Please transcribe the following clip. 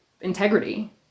integrity